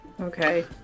Okay